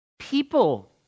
people